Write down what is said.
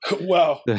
Wow